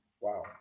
Wow